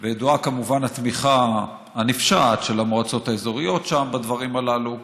וידועה כמובן התמיכה הנפשעת של המועצות האזוריות שם בדברים הללו.